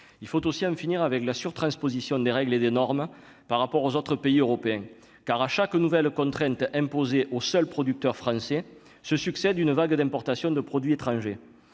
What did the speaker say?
il faut aussi en finir avec la surtransposition des règles et des normes par rapport aux autres pays européens, car à chaque nouvelle contrainte imposée aux seuls producteurs français se succèdent une vague d'importation de produits étrangers,